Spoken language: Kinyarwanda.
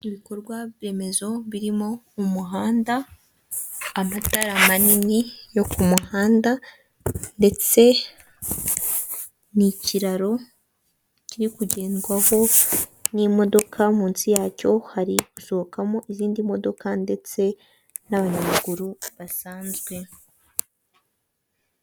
Ibikorwaremezo birimo umuhanda, amatara manini yo ku muhanda, ndetse n'ikiraro kiri kugendwaho n'imodoka, munsi yacyo hari gusohokamo izindi modoka, ndetse n'abanyamaguru basanzwe.